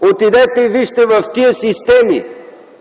Отидете и вижте в тези системи,